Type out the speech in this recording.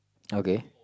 okay